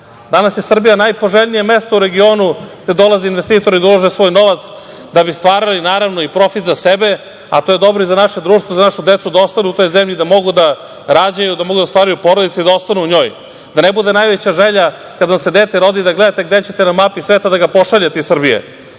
danas je Srbija najpoželjnije mesto u regionu gde dolaze investitori da ulože svoj novac da bi stvarali, naravno, i profit za sebe, a to je dobro i za naše društvo i za našu decu da ostanu u toj zemlji da mogu da rađaju, da mogu da stvaraju porodice i da ostanu u njoj. Da ne bude najveća želja kada vam se dete rodi da gledate gde ćete na mapi sveta da ga pošaljete iz Srbije,